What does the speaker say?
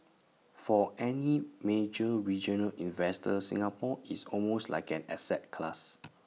for any major regional investor Singapore is almost like an asset class